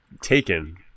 Taken